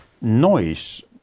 noise